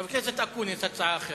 חבר הכנסת אקוניס, הצעה אחרת.